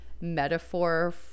metaphor